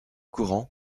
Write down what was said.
courant